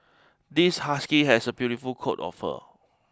this husky has a beautiful coat of fur